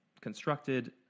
constructed